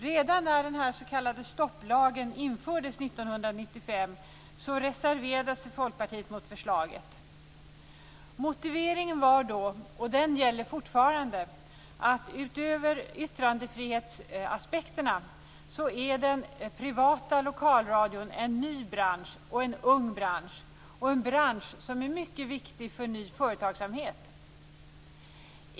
Redan när den s.k. stopplagen infördes 1995 reserverade sig Folkpartiet mot förslaget. Motiveringen var då - och den gäller fortfarande - att utöver yttrandefrihetsaspekterna är den privata lokalradion en ny, ung bransch och en bransch som är mycket viktig för ny företagsamhet.